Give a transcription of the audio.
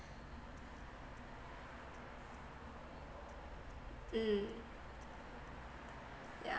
mm yeah